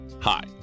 Hi